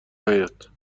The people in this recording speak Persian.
نیاد